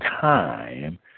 time